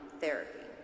therapy